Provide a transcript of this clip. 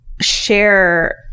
share